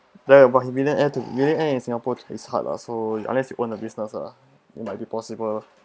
ya but he didn't add to we didn't add in singapore is hard lah so you unless you own a business lah it might be possible